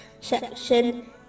section